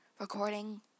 recording